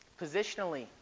Positionally